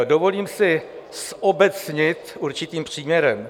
Dovolím si zobecnit určitým příměrem.